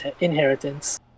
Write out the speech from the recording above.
inheritance